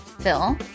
Phil